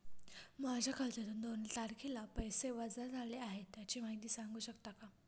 माझ्या खात्यातून दोन तारखेला पैसे वजा झाले आहेत त्याची माहिती सांगू शकता का?